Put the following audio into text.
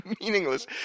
meaningless